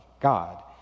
God